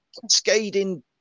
cascading